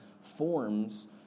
forms